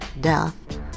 death